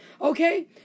Okay